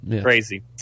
Crazy